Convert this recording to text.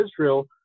israel